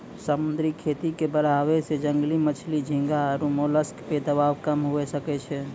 समुद्री खेती के बढ़ाबै से जंगली मछली, झींगा आरु मोलस्क पे दबाब कम हुये सकै छै